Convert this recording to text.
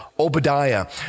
Obadiah